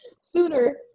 sooner